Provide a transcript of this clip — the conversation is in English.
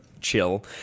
chill